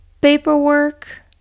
paperwork